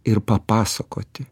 ir papasakoti